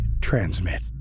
Transmit